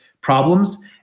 problems